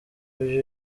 ibyo